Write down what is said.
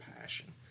passion